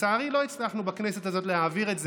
לצערי לא הצלחנו בכנסת הזאת להעביר את זה,